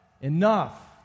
Enough